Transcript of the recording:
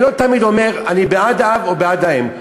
אני לא תמיד אומר שאני בעד האב או בעד האם,